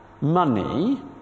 money